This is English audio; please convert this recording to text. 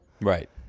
Right